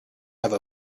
have